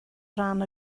ran